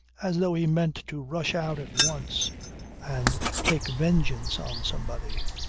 as though he meant to rush out at once and take vengeance on somebody.